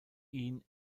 ihn